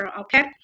okay